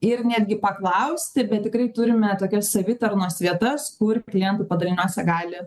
ir netgi paklausti bet tikrai turime tokias savitarnos vietas kur klientai padaliniuose gali